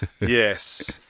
Yes